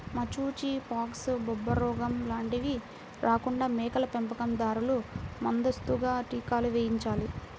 మశూచి, ఫాక్స్, బొబ్బరోగం లాంటివి రాకుండా మేకల పెంపకం దారులు ముందస్తుగా టీకాలు వేయించాలి